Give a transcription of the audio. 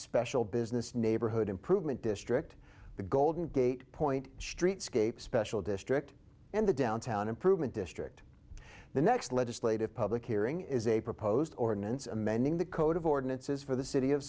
special business neighborhood improvement district the golden gate point streetscape special district and the downtown improvement district the next legislative public hearing is a proposed ordinance amending the code of ordinances for the city of